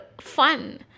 fun